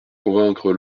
convaincre